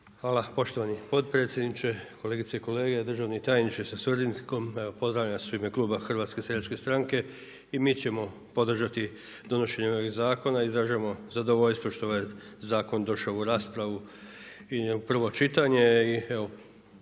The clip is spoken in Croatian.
Hvala poštovani potpredsjedniče, kolegice i kolege, državni tajnice sa suradnikom, evo pozdravljam vas u ime kluba HSS-a. I mi ćemo podržati donošenje ovog zakona i izražavamo zadovoljstvo što je ovaj zakon došao u raspravu i u prvo čitanje.